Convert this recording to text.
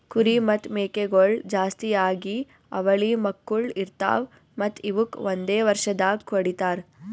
ಕುರಿ ಮತ್ತ್ ಮೇಕೆಗೊಳ್ ಜಾಸ್ತಿಯಾಗಿ ಅವಳಿ ಮಕ್ಕುಳ್ ಇರ್ತಾವ್ ಮತ್ತ್ ಇವುಕ್ ಒಂದೆ ವರ್ಷದಾಗ್ ಕಡಿತಾರ್